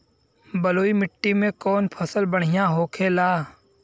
बलुई मिट्टी में कौन फसल बढ़ियां होखे ला?